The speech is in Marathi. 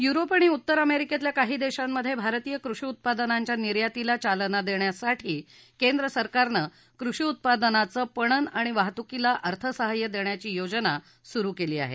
युरोप आणि उत्तर अमेरिकेतल्या काही देशांमधे भारतीय कृषी उत्पादनांच्या निर्यातीला चालना देण्यासाठी केंद्र सरकारनं कृषी उत्पादनाचं पणन आणि वाहतुकीला अर्थसहाय्य देण्याची योजना सुरु केली आहे